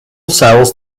cells